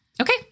Okay